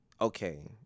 okay